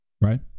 right